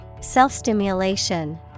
Self-stimulation